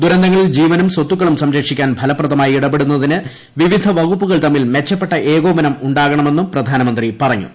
ദുരന്തങ്ങളിൽ ജീവനും സ്വത്തുക്കളും സംരക്ഷിക്കാൻ ഫലപ്രദമായി ഇടപെടുന്നതിന് വിവിധ വകുപ്പുകൾ തമ്മിൽ മെച്ചപ്പെട്ട ഏകോപനം ഉണ്ടാകണമെന്നും പ്രധാനമന്ത്രി പറഞ്ഞു